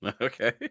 Okay